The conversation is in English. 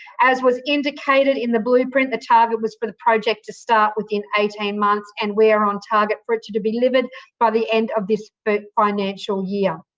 as was indicated in the blueprint, the target was for the project to start within eighteen months, and we are on target for it to to be delivered by the end of this but financial year.